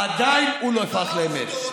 עדיין לא יהפוך לאמת.